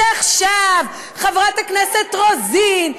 שעכשיו חברת הכנסת רוזין,